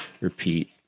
repeat